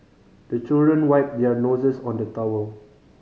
the children wipe their noses on the towel